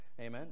Amen